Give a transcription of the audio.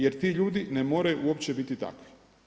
Jer ti ljudi ne moraju uopće biti takvi.